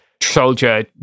soldier